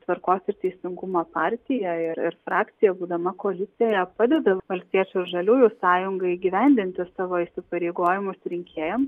tvarkos ir teisingumo partija ir ir frakcija būdama koalicijoje padeda valstiečių ir žaliųjų sąjungai įgyvendinti savo įsipareigojimus rinkėjam